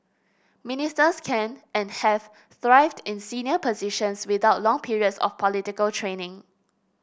ministers can and have thrived in senior positions without long periods of political training